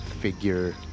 figure